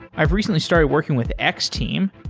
i've recently started working with x-team.